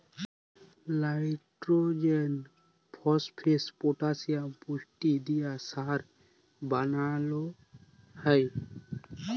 লাইট্রজেল, phosphate, potassium পুষ্টি দিঁয়ে সার বালাল হ্যয়